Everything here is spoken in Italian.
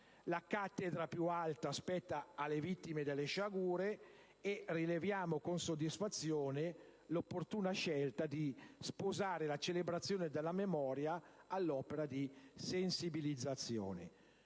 la cattedra più alta spetta alle vittime delle sciagure e rileviamo con soddisfazione l'opportuna scelta di sposare la celebrazione della memoria all'opera di sensibilizzazione.